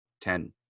ten